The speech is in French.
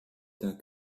d’un